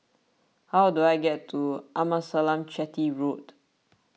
how do I get to Amasalam Chetty Road